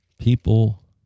People